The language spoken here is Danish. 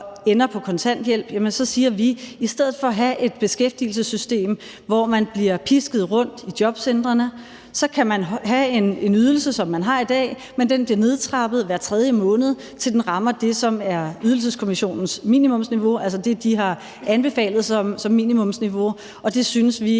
ender på kontanthjælp, kan man – i stedet for at vi har et beskæftigelsessystem, hvor man bliver pisket rundt i jobcentrene – få en ydelse, som man har i dag, men som bliver nedtrappet hver tredje måned, til den rammer det, som er Ydelseskommissionens minimumsniveau, altså det, de har anbefalet som minimumsniveau. Og det synes vi